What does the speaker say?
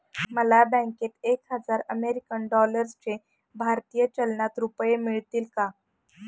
मला बँकेत एक हजार अमेरीकन डॉलर्सचे भारतीय चलनात रुपये मिळतील का?